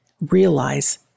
realize